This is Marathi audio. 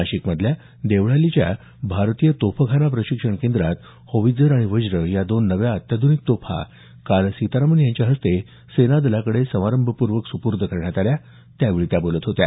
नाशिकमधल्या देवळालीच्या भारतीय तोफखाना प्रशिक्षण केंद्रात होवित्झर आणि वज्र या दोन नव्या अत्याध्निक तोफा काल सीतारामन यांच्या हस्ते सेनादलाकडे समारंभपूर्वक सुपूर्द करण्यात आल्या त्यावेळी त्या बोलत होत्या